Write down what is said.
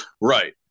Right